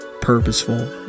purposeful